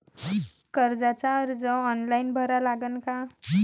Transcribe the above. कर्जाचा अर्ज ऑनलाईन भरा लागन का?